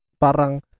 parang